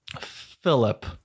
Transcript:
Philip